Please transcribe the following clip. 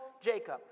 Jacob